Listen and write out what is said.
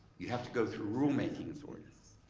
you have to go through rulemaking authority,